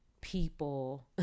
people